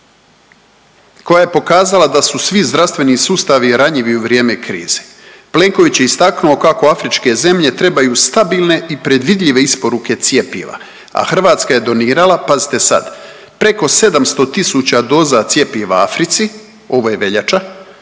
koja je pokazala da su svi zdravstveni sustavi ranjivi u vrijeme krize. Plenković je istaknuo kako afričke zemlje trebaju stabilne i predvidljive isporuke cjepiva, a Hrvatska je donirala, pazite sad, preko 700 tisuća doza cjepiva Africi, ovo je veljača,